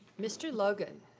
mr. logan.